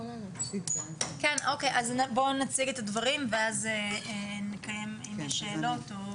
אז נציג את הדברים ונראה אם יש שאלות.